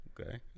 Okay